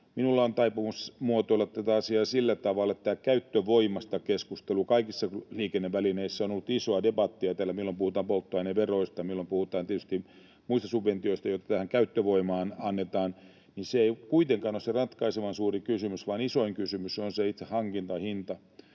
Minulla on taipumus muotoilla tätä asiaa sillä tavalla, että kun tämä keskustelu käyttövoimasta kaikissa liikennevälineissä on ollut isoa debattia täällä — milloin puhutaan polttoaineveroista, milloin puhutaan tietysti muista subventioista, joita tähän käyttövoimaan annetaan — niin se ei kuitenkaan ole se ratkaisevan suuri kysymys, vaan isoin kysymys on se itse hankintahinta.